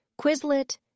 Quizlet